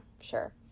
sure